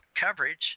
coverage